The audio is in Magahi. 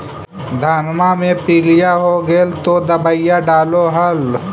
धनमा मे पीलिया हो गेल तो दबैया डालो हल?